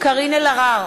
קארין אלהרר,